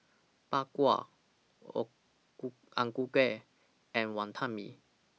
Bak Kwa O Ku Kueh and Wantan Mee